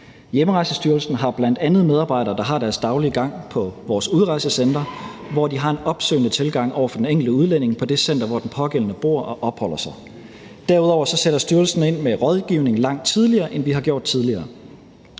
Hjemrejsestyrelsen har bl.a. medarbejdere, der har deres daglige gang på vores udrejsecentre, hvor de har en opsøgende tilgang til den enkelte udlænding på det center, hvor den pågældende bor og opholder sig. Derudover sætter styrelsen ind med rådgivning langt tidligere, end vi har gjort tidligere.